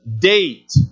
date